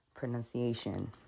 Pronunciation